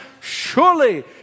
Surely